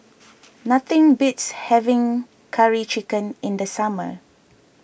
nothing beats having Curry Chicken in the summer